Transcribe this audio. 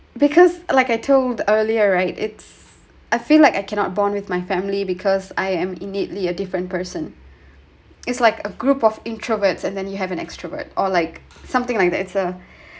because like I told earlier right it's I feel like I cannot bond with my family because I am in neatly a different person it's like a group of introverts and then you have an extrovert or like something like that it's a